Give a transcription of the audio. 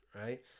right